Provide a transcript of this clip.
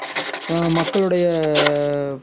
இப்போ மக்களுடைய